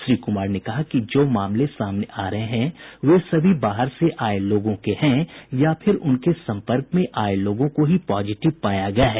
श्री कुमार ने कहा कि जो मामले सामने आ रहे हैं वे सभी बाहर से आये लोगों के हैं या फिर उनके संपर्क में आये लोगों को ही पॉजिटिव पाया गया है